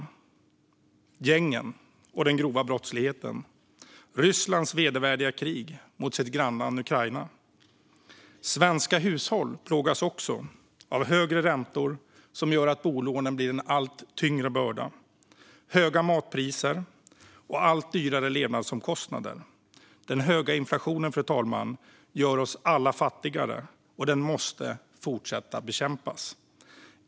Det är gängen och den grova brottsligheten, liksom Rysslands vedervärdiga krig mot grannlandet Ukraina. Svenska hushåll plågas av högre räntor som gör att bolånen blir en allt tyngre börda, och vi ser höga matpriser och allt dyrare levnadsomkostnader. Den höga inflationen gör oss alla fattigare, fru talman, och den måste fortsätta bekämpas.